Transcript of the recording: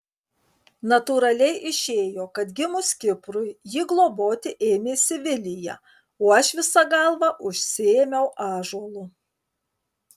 natūraliai išėjo kad gimus kiprui jį globoti ėmėsi vilija o aš visa galva užsiėmiau ąžuolu